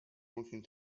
working